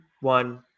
one